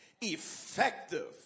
Effective